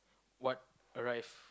what arrive